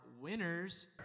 winners